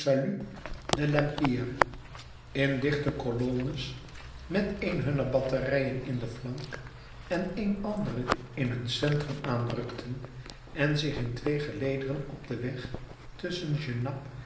de l'empire in dichte colonnes met een hunner batterijen in de flank en een andere in hun centrum aanrukten en zich in twee gelederen op den weg tusschen